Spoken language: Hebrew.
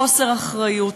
חוסר אחריות,